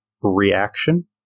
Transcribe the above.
Reaction